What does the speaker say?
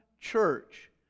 church